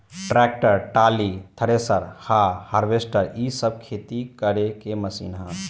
tractor, trolley, thresher आ harvester इ सब खेती करे के मशीन ह